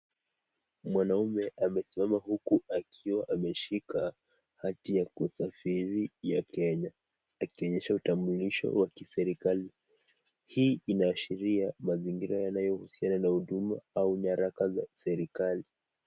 Mwanaume amesimama huku akiwa amesika hati ya kusafiri ya kenya akionyesha utamburisho wa kiserikali. Hii inashiria mazingira inayohusiana na huduma au nyaraka za serikali.